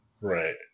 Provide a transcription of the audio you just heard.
Right